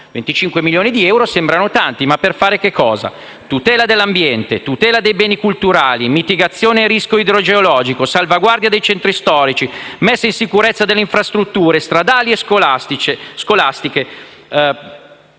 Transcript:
Comuni; sembrano tanti, ma per fare che cosa? Tutela dell'ambiente, tutela dei beni culturali, mitigazione del rischio idrogeologico, salvaguardia dei centri storici, messa in sicurezza delle infrastrutture stradali e scolastiche,